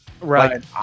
Right